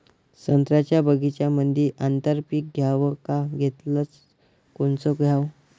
संत्र्याच्या बगीच्यामंदी आंतर पीक घ्याव का घेतलं च कोनचं घ्याव?